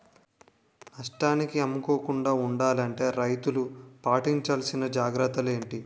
నష్టానికి అమ్ముకోకుండా ఉండాలి అంటే రైతులు పాటించవలిసిన జాగ్రత్తలు ఏంటి